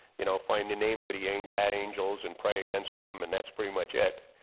you know find the names that he ain't bad angels and pray against them and that's pretty much it.